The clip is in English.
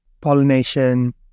pollination